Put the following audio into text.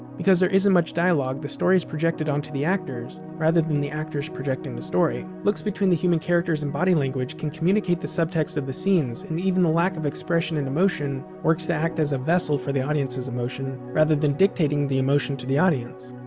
because there isn't much dialogue, the story is projected onto the actors rather than the actors projecting the story. looks between the human characters and body language can communicate the subtext of the scenes and even the lack of expression and emotion works to act as a vessel for the audience's emotion rather than dictating the emotion to the audience.